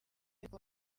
ariko